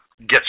get